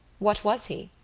what was he?